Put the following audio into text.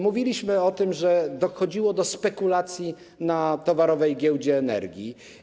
Mówiliśmy o tym, że dochodziło do spekulacji na Towarowej Giełdzie Energii.